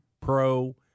pro